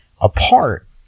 apart